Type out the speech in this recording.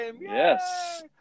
Yes